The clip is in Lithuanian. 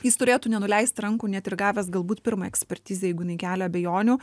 jis turėtų nenuleist rankų net ir gavęs galbūt pirmą ekspertizę jeigu jinai kelia abejonių